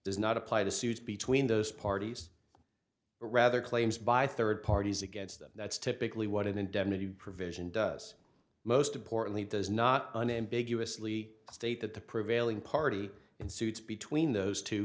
does not apply the suit between those parties rather claims by third parties against them that's typically what an indemnity provision does most importantly does not unambiguously state that the prevailing party in suits between those two